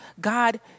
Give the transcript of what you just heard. God